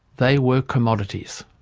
they were commodities.